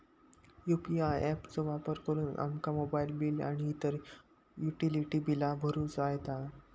UPI app चो वापर करुन आमका मोबाईल बिल आणि इतर युटिलिटी बिला भरुचा येता